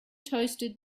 toasted